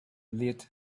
lead